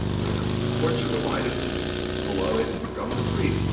the the courts are divided below, as is the government's brief,